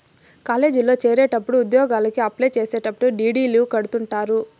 కాలేజీల్లో చేరేటప్పుడు ఉద్యోగలకి అప్లై చేసేటప్పుడు డీ.డీ.లు కడుతుంటారు